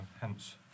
hence